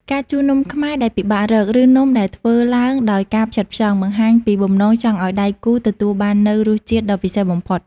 ការជូននំខ្មែរដែលពិបាករក ឬនំដែលធ្វើឡើងដោយការផ្ចិតផ្ចង់ បង្ហាញពីបំណងចង់ឱ្យដៃគូទទួលបាននូវរសជាតិដ៏ពិសេសបំផុត។